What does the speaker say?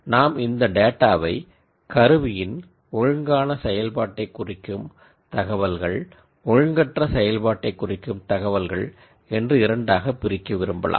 நாம் இந்த டேட்டாவை எக்யுப்மென்ட்டின் நார்மல்செயல்பாட்டை குறிக்கும் தகவல்கள் அப்நார்மல் செயல்பாட்டைக் குறிக்கும் தகவல்கள் என்று இரண்டாகப் பிரிக்க விரும்பலாம்